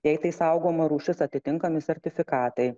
jei tai saugoma rūšis atitinkami sertifikatai